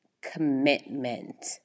commitment